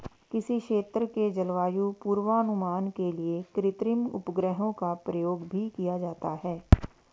किसी क्षेत्र के जलवायु पूर्वानुमान के लिए कृत्रिम उपग्रहों का प्रयोग भी किया जाता है